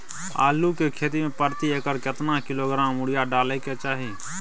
आलू के खेती में प्रति एकर केतना किलोग्राम यूरिया डालय के चाही?